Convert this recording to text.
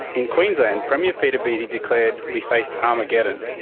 in queensland, premier peter beattie declared we faced armageddon.